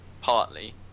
partly